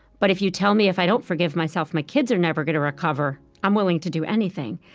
but if you tell me if i don't forgive myself, my kids are never going to recover, i'm willing to do anything.